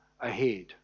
ahead